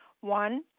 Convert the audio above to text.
One